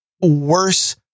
worse